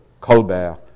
Colbert